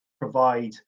provide